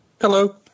Hello